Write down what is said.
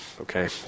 Okay